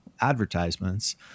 advertisements